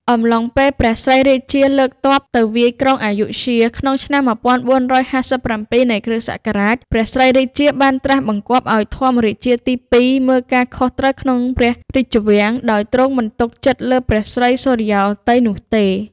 អំឡុងពេលព្រះស្រីរាជា លើកទ័ពទៅវាយក្រុងអាយុធ្យា ក្នុងឆ្នាំ ១៤៥៧ នៃគ.សករាជ ព្រះស្រីរាជា បានត្រាសបង្គាប់ឱ្យ ធម្មរាជាទី២ មើលការខុសត្រូវក្នុងព្រះរាជវាំង ដោយទ្រង់មិនទុកចិត្តលើ ស្រីសុរិយោទ័យ នោះទេ ។